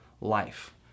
life